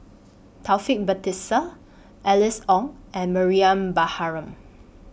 Taufik Batisah Alice Ong and Mariam Baharom